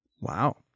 Wow